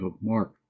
Mark